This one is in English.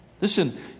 Listen